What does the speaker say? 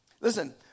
listen